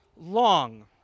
long